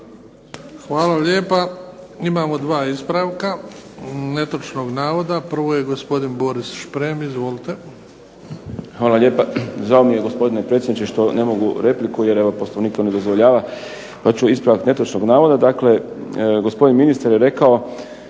Hvala lijepa. Imamo dva ispravka netočnih navoda. Prvo je gospodin Boris Šprem. Izvolite. **Šprem, Boris (SDP)** Hvala lijepa. Žao mi je, gospodine predsjedniče što ne mogu repliku jer Poslovnik to ne dozvoljava pa ću ispravak netočnog navoda. Dakle, gospodin ministar je rekao